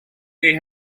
they